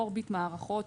אורביט מערכות,